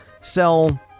sell